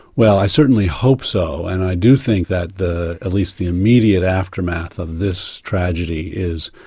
well, i certainly hope so. and i do think that the, at least the immediate aftermath of this tragedy, is,